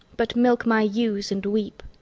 but milk my ewes, and weep.